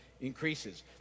increases